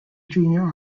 junior